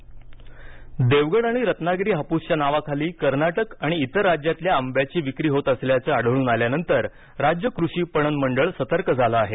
बनावट आंबा देवगड आणि रत्नागिरी हापूसच्या नावाखाली कर्नाटक आणि अन्य राज्यातील आंब्याची विक्री होत असल्याचं आढळून आल्यानंतर राज्य कृषी पणन मंडळ सतर्क झालं आहे